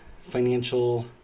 financial